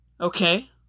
Okay